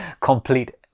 complete